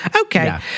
Okay